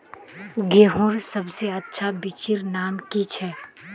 गेहूँर सबसे अच्छा बिच्चीर नाम की छे?